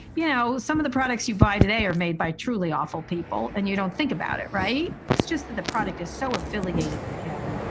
you know, some of the products you buy today are made by truly awful people and you don't think about it. right. it's just that the product is so affiliated with him